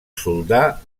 soldà